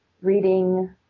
reading